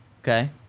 Okay